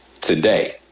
today